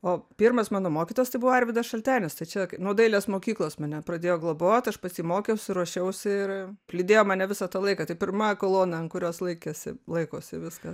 o pirmas mano mokytojas tai buvo arvydas šaltenis ta čia nuo dailės mokyklos mane pradėjo globot aš pas jį mokiausi ruošiausi ir lydėjo mane visą tą laiką tai pirma kolona ant kurios laikėsi laikosi viską